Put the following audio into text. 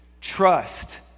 Trust